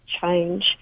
change